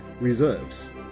reserves